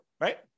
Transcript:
right